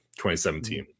2017